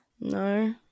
No